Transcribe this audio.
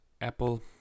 Apple